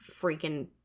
freaking